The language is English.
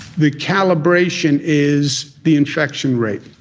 the calibration is the infection rate.